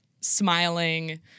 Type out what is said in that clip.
smiling